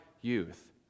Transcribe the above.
youth